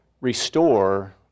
restore